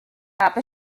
habe